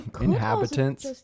inhabitants